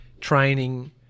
training